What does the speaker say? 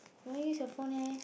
don't use your phone eh